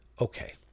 Okay